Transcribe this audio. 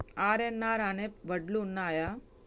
RNR అనే వడ్లు ఉన్నయా?